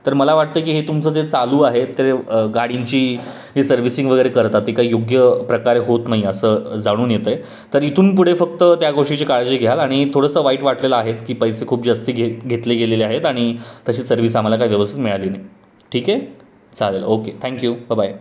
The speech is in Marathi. तर मला वाटतं की हे तुमचं जे चालू आहे ते गाडींची ही सर्व्हिसिंग वगैरे करता ती काही योग्य प्रकारे होत नाही असं जाणून येत आहे तर इथून पुढे फक्त त्या गोष्टीची काळजी घ्याल आणि थोडंसं वाईट वाटलेलं आहेच की पैसे खूप जास्त घे घेतले गेलेले आहेत आणि तशी सर्विस आम्हाला काय व्यवस्थित मिळाली नाही ठीक आहे चालेल ओके थँक्यू ब बाय